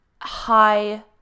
high